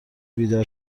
بیدار